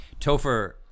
Topher